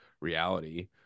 reality